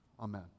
Amen